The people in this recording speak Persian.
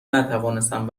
نتوانستم